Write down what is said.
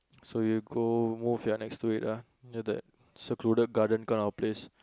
so you go move your next to it ah near the secluded garden kind of place